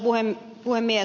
arvoisa puhemies